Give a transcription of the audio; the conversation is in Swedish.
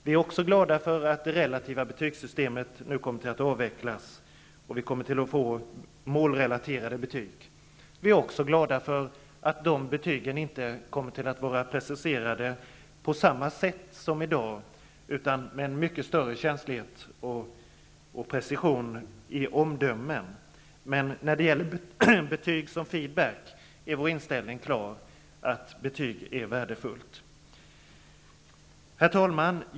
Vi är också glada för att det relativa betygssystemet nu kommer att avvecklas och att vi kommer att få målrelaterade betyg i stället. Vi är också glada för att de betygen inte kommer att vara preciserade på samma sätt som i dag, utan att det kommer att finnas mycket större känslighet och precision i omdömena. När det gäller betyg som feed back, är vår inställning klar, betyg är värdefullt. Herr talman!